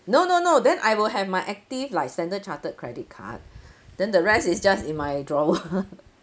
no no no then I will have my active like standard chartered credit card then the rest is just in my drawer